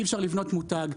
אי אפשר לבנות מותג,